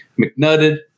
McNutted